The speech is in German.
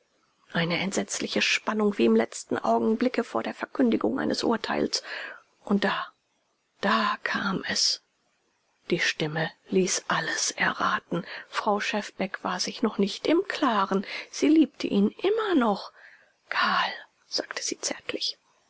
eine entsetzliche spannung wie im letzten augenblicke vor der verkündigung eines urteils und da da kam es die stimme ließ alles erraten frau schefbeck war sich noch nicht im klaren sie liebte ihn immer noch karl sagte sie zärtlich